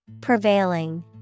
Prevailing